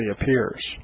appears